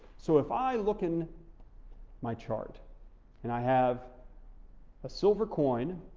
so if i look in my chart and i have a silver coin,